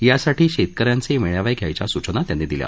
यासाठी शेतक यांचे मेळावे घ्यायच्या सूचना त्यांनी दिल्या